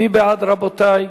מי בעד, רבותי?